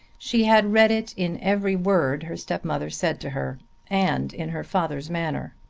she had read it in every word her stepmother said to her and in her father's manner.